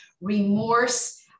remorse